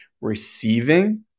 receiving